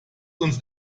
uns